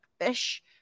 fish